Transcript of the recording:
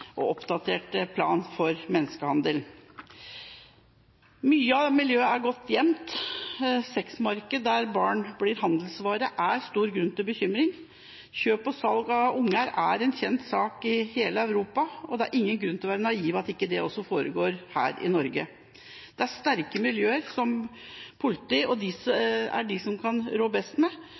oppdatert plan om menneskehandel. Mye av dette miljøet er godt gjemt. Sexmarkeder der barn blir handelsvare, gir stor grunn til bekymring. Kjøp og salg av barn er en kjent sak i hele Europa, og det er ingen grunn til å være naiv og tro at det ikke foregår også her i Norge. Dette er sterke miljøer, som politiet kan rå best med, og det er de som har best